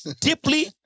Deeply